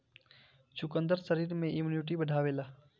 चुकंदर शरीर में इमुनिटी बढ़ावेला